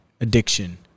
addiction